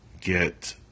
get